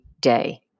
day